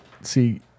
See